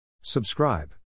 Subscribe